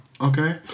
Okay